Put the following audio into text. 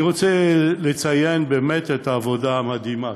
אני רוצה לציין את העבודה המדהימה,